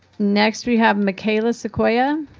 next we have michaela sequoya?